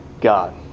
God